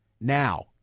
now